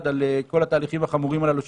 על כל התהליכים החמורים הללו שקורים.